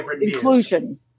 inclusion